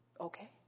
Okay